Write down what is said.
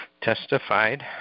testified